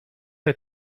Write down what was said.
der